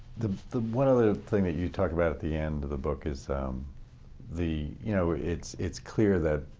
the the one other thing that you talk about at the end of the book is the you know, it's it's clear that,